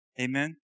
Amen